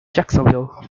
jacksonville